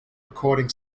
recording